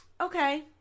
okay